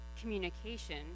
communication